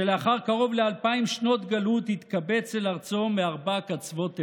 שלאחר קרוב לאלפיים שנות גלות התקבץ אל ארצו מארבע קצוות תבל.